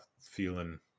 feeling